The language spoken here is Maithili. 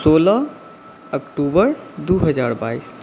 सोलह अक्टुबर दू हजार बाइस